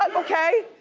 um okay?